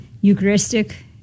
Eucharistic